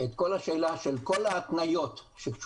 את כל השאלה של כל ההתניות שקשורות